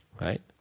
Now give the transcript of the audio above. Right